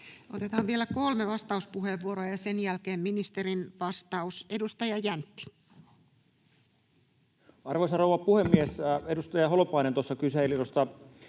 Otetaan vielä kolme vastauspuheenvuoroa ja sen jälkeen ministerin vastaus. — Edustaja Jäntti. Arvoisa rouva puhemies! Edustaja Holopainen tuossa kyseli tuosta